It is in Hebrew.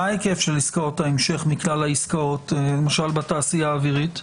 מה ההיקף של עסקאות ההמשך מכלל העסקאות למשל בתעשייה האווירית?